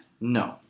No